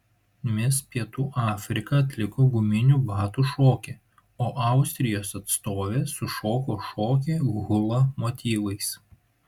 mis pietų afrika atliko guminių batų šokį o austrijos atstovė sušoko šokį hula motyvais